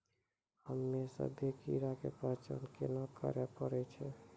हम्मे सभ्भे कीड़ा के पहचान केना करे पाड़ै छियै?